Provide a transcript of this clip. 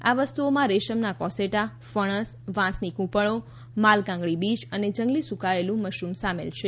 આ વસ્તુઓમાં રેશમના કોસેટા ફણસ વાંસની ફ્રંપળો માલ્કાંગળીબીજ અને જંગલી સુકાયેલું મશરૂમ સામેલ છે